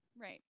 Right